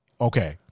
okay